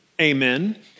amen